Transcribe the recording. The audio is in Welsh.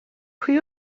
pwy